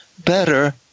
better